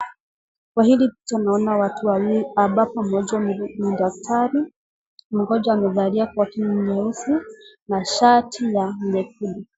Kwa hili picha naona watu wawili ambapo mmoja ni daktari, mgonjwa amevalia koti nyeusi na shati ya nyekundu.